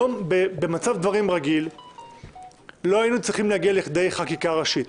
במצב דברים רגיל לא היינו צריכים להגיע לכדי חקיקה ראשית,